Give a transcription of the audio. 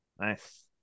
Nice